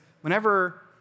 whenever